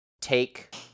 take